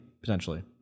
potentially